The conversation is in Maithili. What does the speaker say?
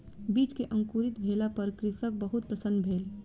बीज के अंकुरित भेला पर कृषक बहुत प्रसन्न भेल